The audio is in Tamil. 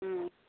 ம்